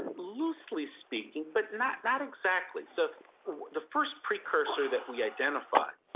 loosely speaking, but not not exactly. so the first precursor that we identified,